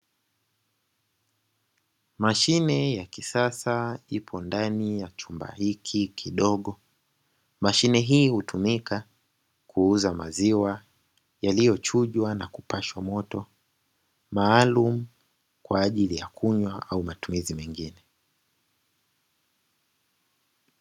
Mashine ya kisasa ipo ndani ya chumba hiki kidogo, mashine hii hutumika kuuza maziwa yaliyochujwa na kupashwa moto maalumu kwa ajili ya kunywa au matumizi mengine.